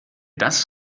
das